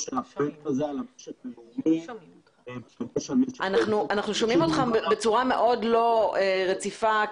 אנחנו שומעים אותך בצורה לא רציפה.